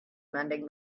mending